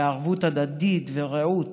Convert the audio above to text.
ערבות הדדית ורעות